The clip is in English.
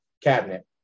cabinet